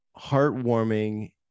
heartwarming